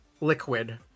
liquid